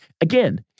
Again